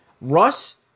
Russ